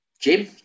Jim